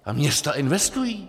A města investují.